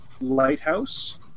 lighthouse